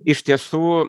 iš tiesų